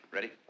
Ready